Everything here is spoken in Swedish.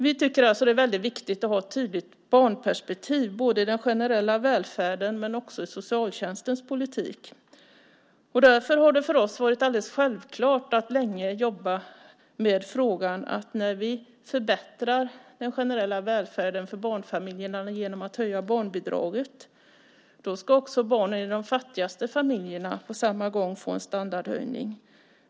Vi tycker alltså att det är väldigt viktigt att ha ett tydligt barnperspektiv både i den generella välfärden och i socialtjänstens politik. Därför har det för oss varit helt självklart att länge jobba med frågan att när vi förbättrar den generella välfärden för barnfamiljerna genom att höja barnbidraget ska också barnen i de fattigaste familjerna på samma gång få en standardhöjning.